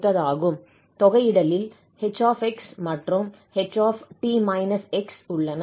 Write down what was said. தொகையிடலில் 𝐻𝑥 மற்றும் 𝐻𝑡 𝑥 உள்ளன